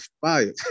fire